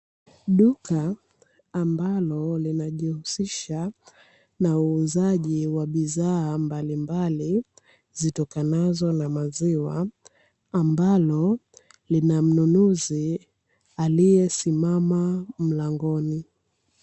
Duka ambalo linajihusisha na uuzaji wa bidhaa mbalimbali zitokanazo na maziwa, ambalo lina mnunuzi aliyesimama mlangoni.